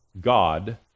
God